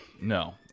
no